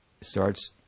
starts